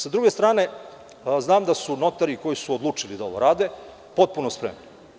S druge strane, znam da su notari koji su se odlučili da ovo rade potpuno spremni.